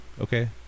okay